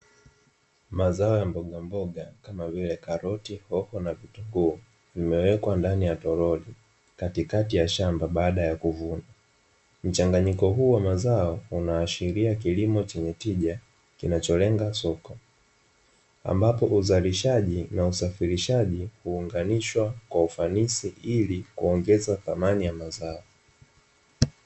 Mazao ya mboga mboga kama vile karoti, hoho na vitunguu vimewekwa ndani ya toroli katikati ya shamba baada ya kuvunwa. Mchnganyiko huu wa mazao unahashiria kilimo chenye tija kinacholenga soko, ambapo uzalishaji na usafirisha hunganishwa kwa ufanisi ili kuongeza thamni ya mazao.